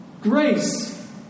Grace